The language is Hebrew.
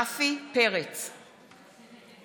אריאל קלנר יצביע